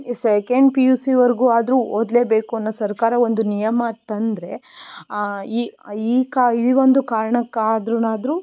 second P U ಸಿವರೆಗೂ ಆದರೂ ಓದಲೇಬೇಕು ಅನ್ನೋ ಸರ್ಕಾರ ಒಂದು ನಿಯಮ ತಂದರೆ ಈ ಈ ಕಾ ಈ ಒಂದು ಕಾರಣಕ್ಕಾದ್ರುನಾದರೂ